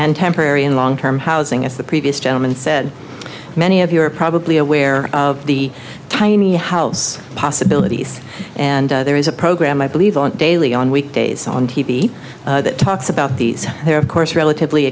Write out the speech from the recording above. and temporary and long term housing as the previous gentleman said many of you are probably aware of the tiny house possibilities and there is a program i believe on daily on weekdays on t v that talks about these are of course relatively